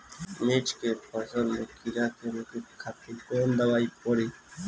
मिर्च के फसल में कीड़ा के रोके खातिर कौन दवाई पड़ी?